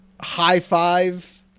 high-five